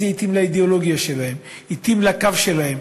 כי זה התאים לאידיאולוגיה שלהם, התאים לקו שלהם.